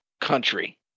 country